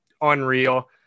unreal